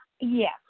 Yes